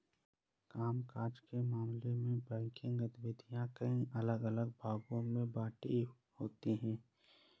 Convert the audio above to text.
काम काज के मामले में बैंकिंग गतिविधियां कई अलग अलग भागों में बंटी होती हैं